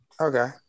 Okay